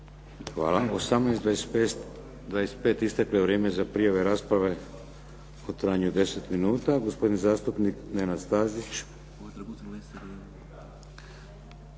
Hvala. 18,25 isteklo je vrijeme za prijave rasprave u trajanju 10 minuta. Gospodin zastupnik Nenad Stazić.